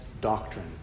doctrine